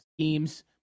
schemes